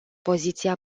poziția